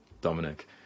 Dominic